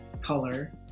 color